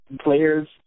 players